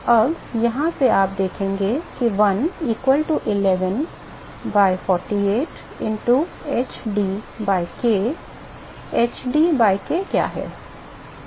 तो अब यहाँ से आप देखेंगे कि 1 equal to 11 by 48 into hD by k hD by k क्या है